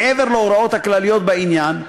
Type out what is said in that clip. מעבר להוראות הכלליות בעניין,